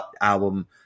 album